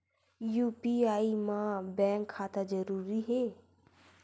UPI मा bank खाता जरूरी हे?